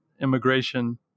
immigration